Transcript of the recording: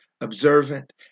observant